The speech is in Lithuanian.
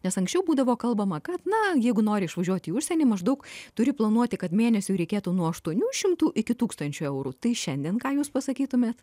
nes anksčiau būdavo kalbama kad na jeigu nori išvažiuot į užsienį maždaug turi planuoti kad mėnesiui reikėtų nuo aštuonių šimtų iki tūkstančio eurų tai šiandien ką jūs pasakytumėt